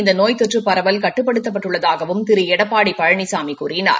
இந்த தொற்று பரவல் கட்டுப்படுத்தப்பட்டுள்ளதாகவும் திரு எடப்பாடி பழனிசாமி கூறினார்